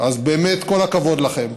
באמת כל הכבוד לכם.